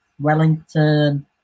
Wellington